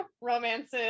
romances